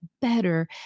better